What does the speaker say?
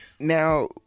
now